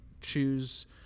choose